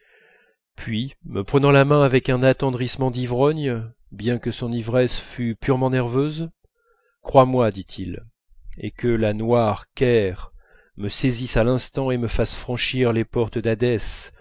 puis me prenant la main avec un attendrissement d'ivrogne bien que son ivresse fût purement nerveuse crois-moi dit-il et que la noire ker me saisisse à l'instant et me fasse franchir les portes